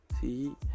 see